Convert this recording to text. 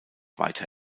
weiter